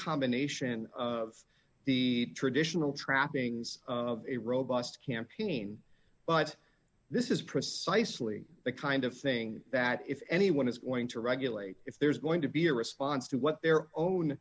combination of the traditional trappings of a robust campaign but this is precisely the kind of thing that if anyone is going to regulate if there's going to be a response to what their own